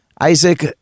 Isaac